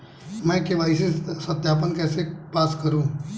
मैं के.वाई.सी सत्यापन कैसे पास करूँ?